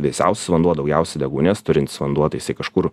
vėsiausias vanduo daugiausia deguonies turintis vanduo tai jisai kažkur